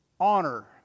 honor